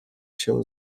się